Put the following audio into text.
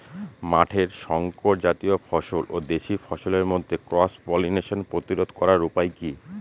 মাঠের শংকর জাতীয় ফসল ও দেশি ফসলের মধ্যে ক্রস পলিনেশন প্রতিরোধ করার উপায় কি?